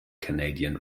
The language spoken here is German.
canadian